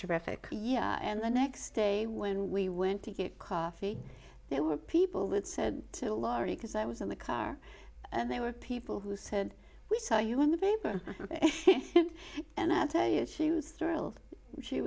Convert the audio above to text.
terrific yeah and the next day when we went to get coffee there were people that said to laurie because i was in the car there were people who said we saw you in the paper and i tell you she was